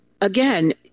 again